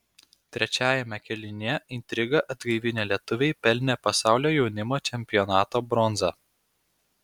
trečiajame kėlinyje intrigą atgaivinę lietuviai pelnė pasaulio jaunimo čempionato bronzą